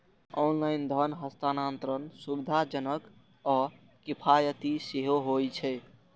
online धन हस्तांतरण सुविधाजनक आ किफायती सेहो होइ छै